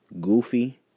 Goofy